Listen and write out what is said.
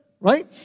right